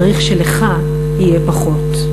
צריך שלך יהיה פחות.